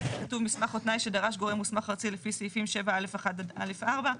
מסמך או תנאי שדרש גורם מוסמך ארצי לפי סעיפים 7(א)(1) עד (א4),